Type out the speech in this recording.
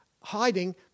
hiding